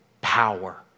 power